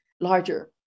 larger